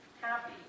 happy